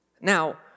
Now